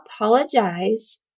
apologize